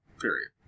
period